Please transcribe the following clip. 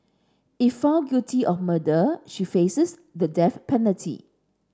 if found guilty of murder she faces the death penalty